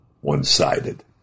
one-sided